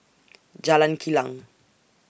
Jalan Kilang